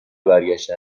برگشتن